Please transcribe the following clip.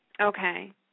Okay